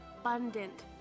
abundant